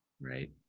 Right